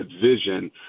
vision